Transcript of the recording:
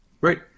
Right